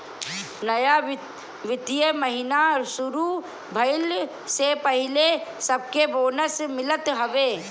नया वित्तीय महिना शुरू भईला से पहिले सबके बोनस मिलत हवे